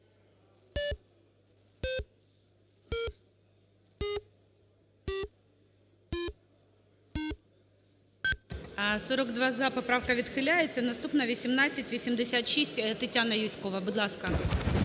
За-42 Поправка відхиляється. Наступна – 1886, Тетяна Юзькова. Будь ласка.